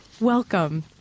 welcome